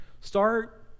Start